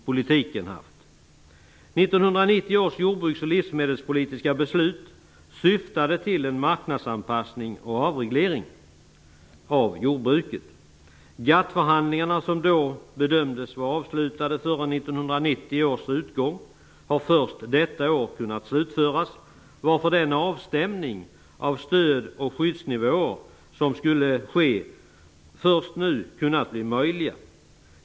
1990 års jordbruks och livsmedelspolitiska beslut syftade till en marknadsanpassning och avreglering av jordbruket. GATT-förhandlingarna som beräknades vara avslutade före 1990 års utgång har först detta år kunnat slutföras, varför avstämningen av stöd och skyddsnivåer först nu kunnat bli möjlig.